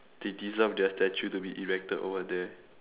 they deserve their statue to be erected over there